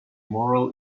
moral